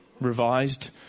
revised